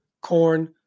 corn